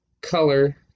color